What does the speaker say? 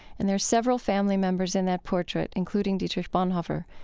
and there are several family members in that portrait, including dietrich bonhoeffer,